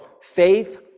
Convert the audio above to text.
faith